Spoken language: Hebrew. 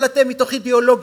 אבל אתם, מתוך אידיאולוגיה,